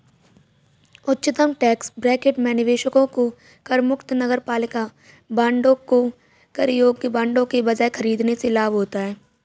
उच्चतम tax bracket में निवेशकों को करमुक्त नगरपालिका बांडों को कर योग्य बांडों के बजाय खरीदने से लाभ होता है